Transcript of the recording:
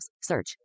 search